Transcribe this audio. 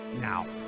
Now